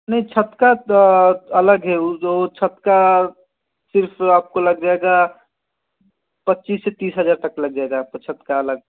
नहीं छत का अलग है जो छत का सिर्फ़ आपको लग जाएगा पच्चीस से तीस हज़ार तक लग जाएगा आप को छत का अलग